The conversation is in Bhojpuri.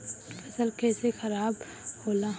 फसल कैसे खाराब होला?